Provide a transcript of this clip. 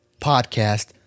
podcast